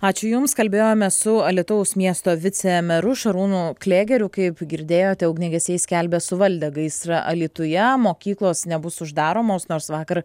ačiū jums kalbėjome su alytaus miesto vicemeru šarūnu klėgeriu kaip girdėjote ugniagesiai skelbia suvaldę gaisrą alytuje mokyklos nebus uždaromos nors vakar